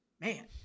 man